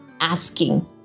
asking